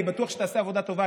אני בטוח שהיא תעשה עבודה טובה,